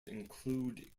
include